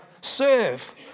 serve